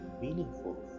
meaningful